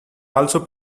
also